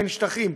ואין שטחים,